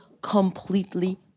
completely